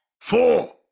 four